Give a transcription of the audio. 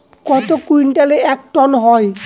কত কুইন্টালে এক টন হয়?